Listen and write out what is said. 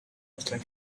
muslim